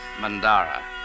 Mandara